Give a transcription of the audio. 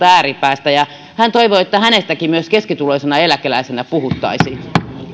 ääripäästä hän toivoi että hänestäkin keskituloisena eläkeläisenä puhuttaisiin